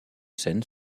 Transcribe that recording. scènes